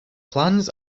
plans